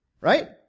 Right